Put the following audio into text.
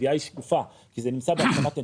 התביעה היא שקופה כי זה נמצא בהשלמת נתונים.